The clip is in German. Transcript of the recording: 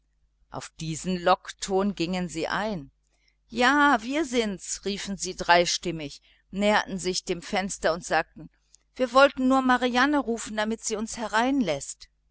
auf diesen lockton gingen sie ja wir sind's riefen sie dreistimmig näherten sich dem fenster und sagten wir wollten nur marianne rufen damit sie uns